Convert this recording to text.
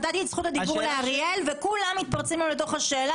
נתתי את זכות הדיבור לאריאל וכולם מתפרצים לו לשאלה.